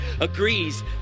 agrees